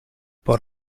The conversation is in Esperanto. por